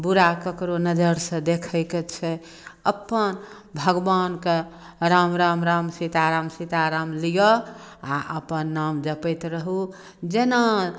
बुरा ककरो नजरिसँ देखयके छै अपन भगवानके राम राम राम सीता राम सीता राम लिअ आ अपन नाम जपैत रहू जेना